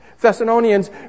Thessalonians